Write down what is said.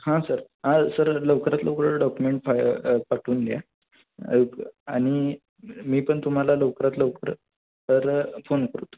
हां सर हां सर लवकरात लवकर डॉक्युमेंट फा पाठवून द्या आणि मी पण तुम्हाला लवकरात लवकर तर फोन करतो